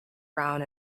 brown